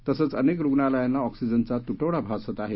तसंच अनेक रुग्णालयांना ऑक्सीजनचा तुटवडा भासतो आहे